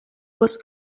was